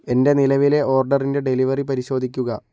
എന്റെ നിലവിലെ ഓർഡറിൻ്റെ ഡെലിവറി പരിശോധിക്കുക